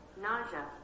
nausea